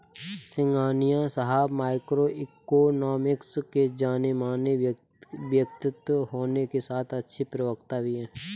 सिंघानिया साहब microeconomics के जानेमाने व्यक्तित्व होने के साथ अच्छे प्रवक्ता भी है